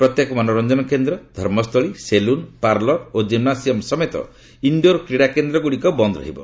ପ୍ରତ୍ୟେକ ମନୋରଞ୍ଜନ କେନ୍ଦ୍ର ଧର୍ମସ୍ଥଳୀ ସେଲୁନ ପାର୍ଲର ଓ ଜିମ୍ନାସିୟମ ସମେତ ଇଣ୍ଡୋର କ୍ରିଡା କେନ୍ଦ୍ରଗୁଡିକ ବନ୍ଦ ରହିବ